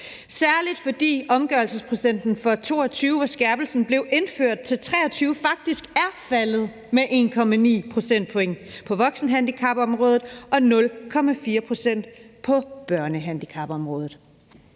særligt, fordi omgørelsesprocenten fra 2022, hvor skærpelsen blev indført, til 2023 faktisk er faldet med 1,9 pct. på voksenhandicapområdet og 0,4 pct. på børnehandicapområdet.